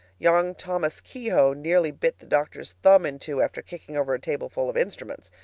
young thomas kehoe nearly bit the doctor's thumb in two after kicking over a tableful of instruments.